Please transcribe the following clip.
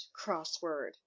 Crossword